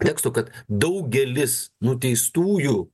tekstų kad daugelis nuteistųjų